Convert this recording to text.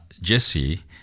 Jesse